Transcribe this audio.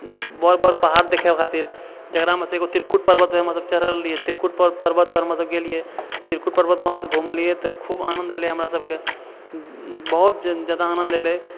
बड़ बड़ पहाड़ देखै खातिर जकरामे सँ एकगो त्रिकुट पर्वत पर हमसभ चढ़ल रहिये त्रिकुट पर पर्वत पर हमसभ गेलिये त्रिकुट पर्वत वहाँ सँ घुमलियै तऽ खूब आनन्द ऐले हमरासभके बहुत जा जैदै आनन्द ऐले